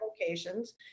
locations